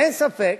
אין ספק